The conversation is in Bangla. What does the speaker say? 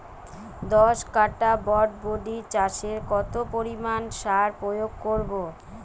দশ কাঠা বরবটি চাষে কত পরিমাণ সার প্রয়োগ করব?